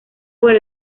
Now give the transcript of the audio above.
por